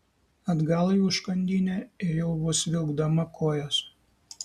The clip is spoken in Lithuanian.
atgal į užkandinę ėjau vos vilkdama kojas